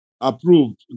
approved